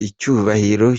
icyubahiro